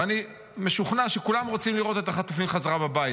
ואני משוכנע שכולם רוצים לראות את החטופים חזרה בבית,